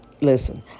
listen